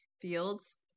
fields